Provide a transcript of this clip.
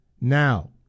now